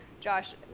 Josh